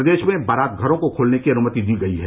प्रदेश में बारातघरों को खोलने की अनुमति दी गई है